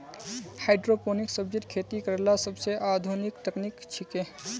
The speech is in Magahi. हाइड्रोपोनिक सब्जिर खेती करला सोबसे आधुनिक तकनीक छिके